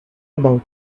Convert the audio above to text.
about